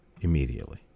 Immediately